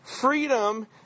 freedom